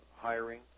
hiring